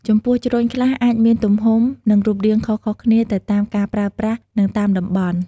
ចំពោះ ជ្រញ់ខ្លះអាចមានទំហំ និងរូបរាងខុសៗគ្នាទៅតាមការប្រើប្រាស់ និងតាមតំបន់។